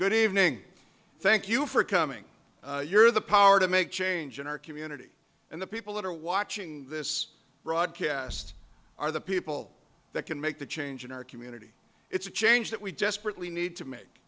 good evening thank you for coming you're the power to make change in our community and the people that are watching this broadcast are the people that can make the change in our community it's a change that we desperately need to make